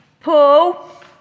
Paul